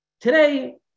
today